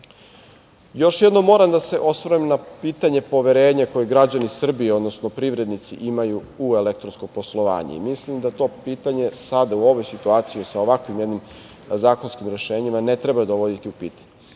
jednom moram da se osvrnem na pitanje poverenja koje građani Srbije, odnosno privrednici imaju u elektronsko poslovanje. Mislim da to pitanje sada, u ovoj situaciji, sa ovakvim jednim zakonskim rešenjima, ne treba dovoditi u pitanje.